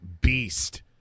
beast